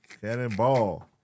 Cannonball